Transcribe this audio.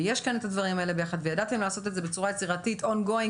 ויש כאן את הדברים האלה וידעתם לעשות את זה בצורה יצירתית און גואינג